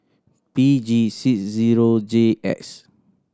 P G six zero J X